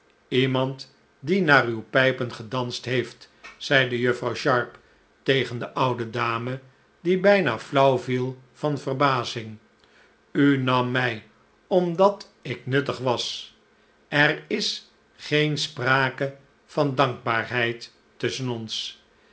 iemand die naar uw pijpen gedanst heeft zeide juffrouw sharp tegen de oude dame die bijna flauw viej van verbazirig u nam mij omdat ik nuttig was er is geen sprake van dankbaarheid tusschen ons